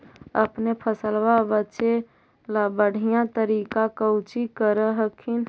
अपने फसलबा बचे ला बढ़िया तरीका कौची कर हखिन?